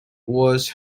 was